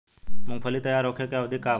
मूँगफली तैयार होखे के अवधि का वा?